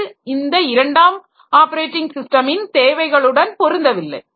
அது இந்த இரண்டாம் ஆப்பரேட்டிங் ஸிஸ்டமின் தேவைகளுடன் பொருந்தவில்லை